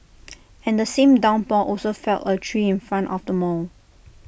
and the same downpour also felled A tree in front of the mall